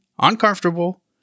uncomfortable